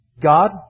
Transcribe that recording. God